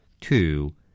two